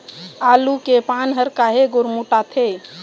आलू के पान हर काहे गुरमुटाथे?